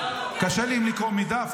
קשה לי עם לקרוא מדף.